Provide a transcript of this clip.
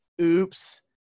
oops